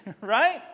right